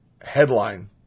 headline